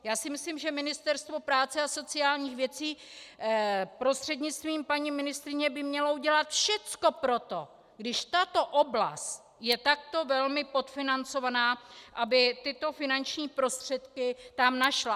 Já si myslím, že Ministerstvo práce a sociálních věcí prostřednictvím paní ministryně by mělo udělat všechno pro to, když tato oblast je takto velmi podfinancovaná, aby tyto finanční prostředky tam našla!